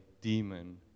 demon